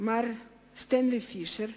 מר סטנלי פישר,